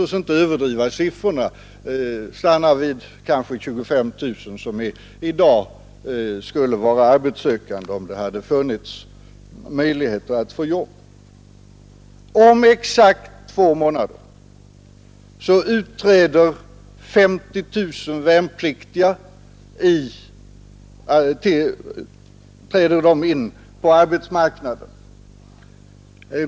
Låt oss inte överdriva siffrorna utan stanna vid att kanske 25 000 i dag skulle vara arbetssökande, om det hade funnits möjligheter att få jobb. Om exakt två månader träder 50 000 värnpliktiga ut på arbetsmarknaden.